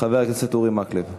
חבר הכנסת אורי מקלב.